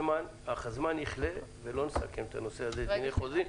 הזמן שלנו ייגמר ולא נסכם את נושא דיני החוזים.